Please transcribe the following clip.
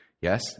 Yes